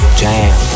jam